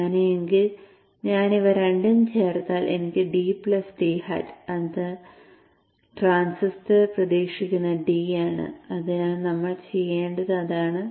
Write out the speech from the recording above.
അങ്ങനെയെങ്കിൽ ഞാൻ ഇവ രണ്ടും ചേർത്താൽ എനിക്ക് d d അത് ട്രാൻസിസ്റ്റർ പ്രതീക്ഷിക്കുന്ന d ആണ് അതിനാൽ നമ്മൾ ചെയ്യേണ്ടത് അതാണ്